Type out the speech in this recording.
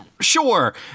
Sure